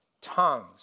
tongues